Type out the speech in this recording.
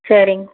சேரிங்க